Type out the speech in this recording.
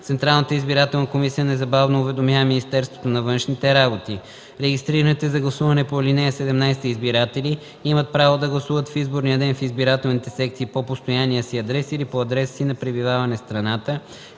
Централната избирателна комисия незабавно уведомява Министерството на външните работи. Регистрираните за гласуване по ал. 17 избиратели имат право да гласуват в изборния ден в избирателните секции по постоянния си адрес или по адреса си на пребиваване в страната,